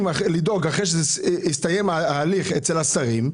לדאוג אחרי שהסתיים ההליך אצל השרים,